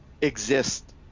exist